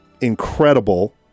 incredible